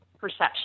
perception